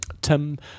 tim